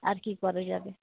আর কী করা যাবে